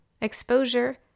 exposure